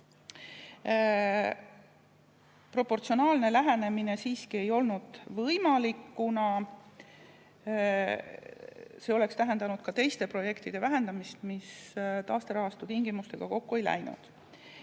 Proportsionaalne vähendamine siiski ei olnud võimalik, kuna see oleks tähendanud ka teiste projektide vähendamist, ja see ei läinud taasterahastu tingimustega kokku. Siis